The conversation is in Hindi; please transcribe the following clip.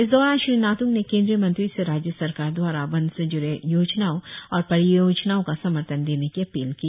इस दौरान श्री नातुंग ने केंद्रिय मंत्री से राज्य सरकार द्वारा वन से जूड़े योजनाओ और परियोजनाओ का समर्थन करने की अपील की